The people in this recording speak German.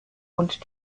und